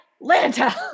Atlanta